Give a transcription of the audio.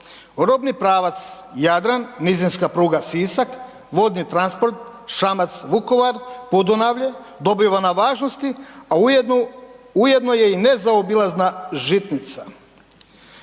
Robni pravac Jadran, nizinska pruga Sisak, vodni transport Šamac – Vukovar – Podunavlje dobiva na važnosti, a ujedno je i nezaobilazna žitnica.